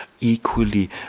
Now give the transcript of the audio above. equally